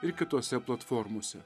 ir kitose platformose